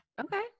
Okay